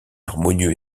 harmonieux